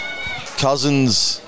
cousins